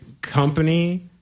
Company